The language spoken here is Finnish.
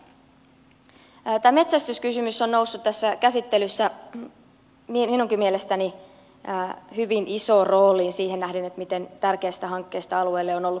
tämä metsästyskysymys on noussut tässä käsittelyssä minunkin mielestäni hyvin isoon rooliin siihen nähden miten tärkeästä hankkeesta alueelle on ollut kysymys